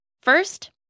First